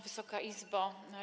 Wysoka Izbo!